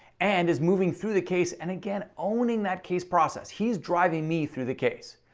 and his moving through the case and again, owning that case process. he's driving me through the case.